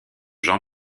jean